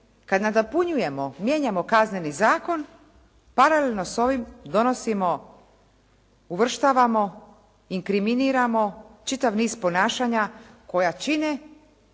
kad nadopunjujemo, mijenjamo Kazneni zakon paralelno s ovim donosimo, uvrštavamo, inkriminiramo čitav niz ponašanja koja čine